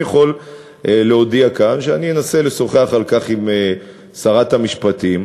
אני יכול להודיע כאן שאני אנסה לשוחח על כך עם שרת המשפטים.